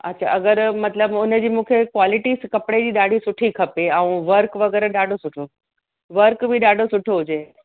अच्छा अगरि मतिलब उनजी मूंखे कॉलेटी कपिड़े जी ॾाढी सुठी खपे ऐं वर्क वगै़रह ॾाढो सुठो वर्क बि ॾाढो सुठो हुजे